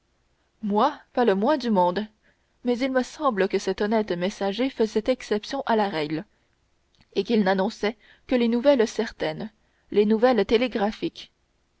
moi pas le moins du monde mais il me semble que cet honnête messager faisait exception à la règle et qu'il n'annonçait que les nouvelles certaines les nouvelles télégraphiques